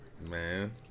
Man